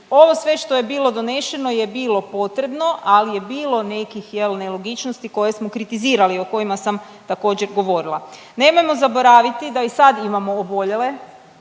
ovo sve što je bilo donešeno je bilo potrebno, ali je bilo nekih jel' nelogičnosti koje smo kritizirali, o kojima sam također govorila. Nemojmo zaboraviti da i sad imamo oboljele,